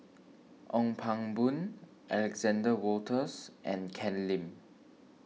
Ong Pang Boon Alexander Wolters and Ken Lim